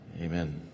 Amen